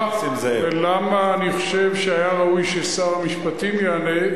ולמה אני חושב שהיה ראוי ששר המשפטים יענה?